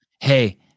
Hey